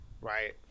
Right